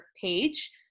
page